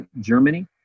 Germany